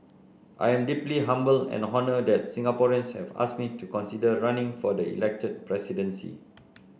I am deeply humbled and honoured that Singaporeans have asked me to consider running for the elected presidency